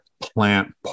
plant